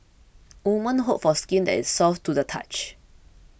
women hope for skin that is soft to the touch